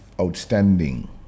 outstanding